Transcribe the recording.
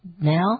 Now